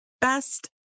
best